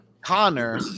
Connor